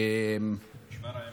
משמר העמק.